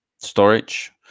storage